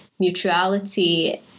mutuality